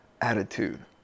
attitude